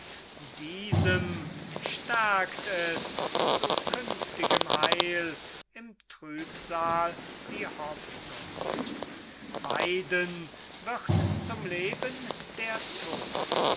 diesem stärkt es zu künftigem heil im trübsal die hoffnung beiden wird zum leben der tod